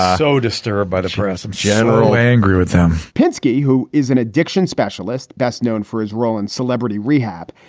so disturbed by the press of general, angry with him pinsky, who is an addiction specialist best known for his role in celebrity rehab,